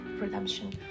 redemption